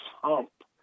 hump